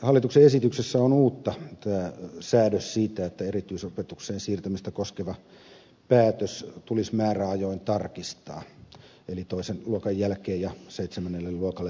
hallituksen esityksessä on uutta säädös siitä että erityisopetukseen siirtämistä koskeva päätös tulisi määräajoin tarkistaa eli toisen luokan jälkeen ja seitsemännelle luokalle tultaessa